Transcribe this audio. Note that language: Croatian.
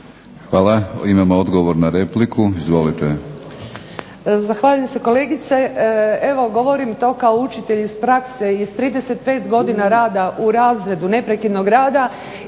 Hvala. Imamo odgovor na repliku. Izvolite. **Damjanac, Ada (SDP)** Zahvaljujem se kolegice. Evo govorim to kao učitelj iz prakse i iz 35 godina rada u razredu, neprekidnog rada,